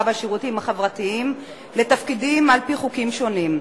והשירותים החברתיים לתפקידים על-פי חוקים שונים.